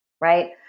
right